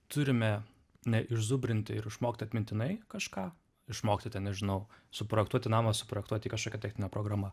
turime neišzubrinti ir išmokt atmintinai kažką išmokti ten nežinau suprojektuoti namą suprojektuoti kažkokia technine programa